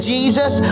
Jesus